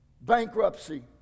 bankruptcy